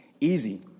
easy